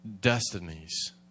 destinies